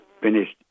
finished